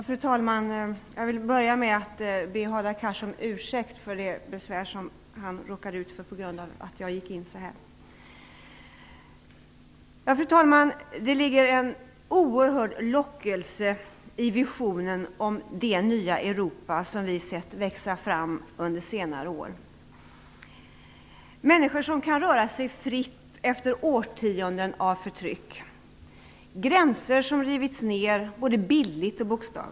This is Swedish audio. Fru talman! Det ligger en oerhörd lockelse i visionen av det nya Europa som vi sett växa fram under senare år. Människor kan röra sig fritt efter årtionden av förtryck. Gränser har rivits, både bildligt och bokstavligt.